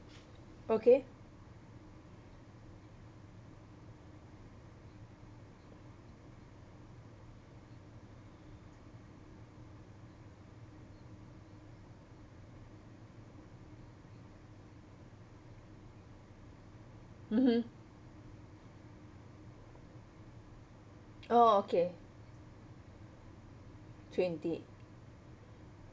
okay mmhmm oh okay twenty